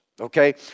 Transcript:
okay